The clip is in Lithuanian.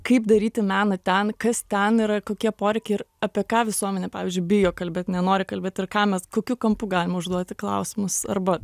kaip daryti meną ten kas ten yra kokie poreikiai ir apie ką visuomenė pavyzdžiui bijo kalbėt nenori kalbėt ir ką mes kokiu kampu galim užduoti klausimus arba